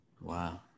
Wow